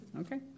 okay